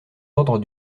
ordres